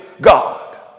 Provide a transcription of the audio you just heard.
God